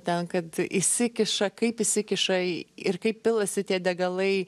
ten kad įsikiša kaip įsikiša ir kaip pilasi tie degalai